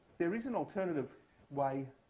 there is an alternative way